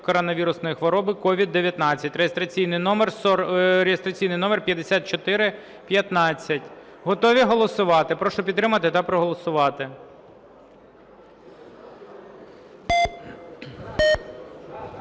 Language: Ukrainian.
коронавірусної хвороби (COVID-19) (реєстраційний номер 5415). Готові голосувати? Прошу підтримати та проголосувати.